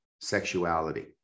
sexuality